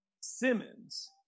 Simmons